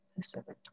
Pacific